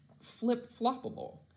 flip-floppable